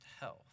health